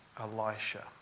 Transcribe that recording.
Elisha